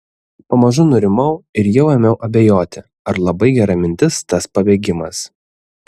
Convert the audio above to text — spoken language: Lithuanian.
pamažu nurimau ir jau ėmiau abejoti ar labai gera mintis tas pabėgimas